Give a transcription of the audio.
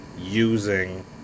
using